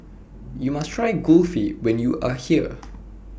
YOU must Try Kulfi when YOU Are here